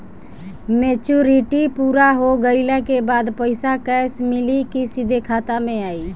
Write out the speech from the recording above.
Maturity पूरा हो गइला के बाद पईसा कैश मिली की सीधे खाता में आई?